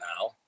now